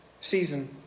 Season